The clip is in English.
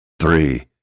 three